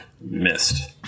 missed